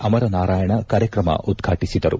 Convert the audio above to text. ಅಮರನಾರಾಯಣ ಕಾರ್ಯಕ್ರಮ ಉದ್ಘಾಟಿಸಿದರು